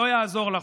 לא יעזור לך,